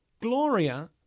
Gloria